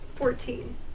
Fourteen